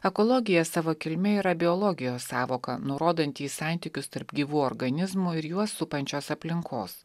ekologija savo kilme yra biologijos sąvoka nurodanti į santykius tarp gyvų organizmų ir juos supančios aplinkos